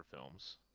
films